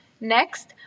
Next